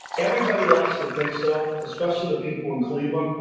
everybody likes to think so, especially the people in cleveland,